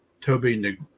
Toby